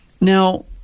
Now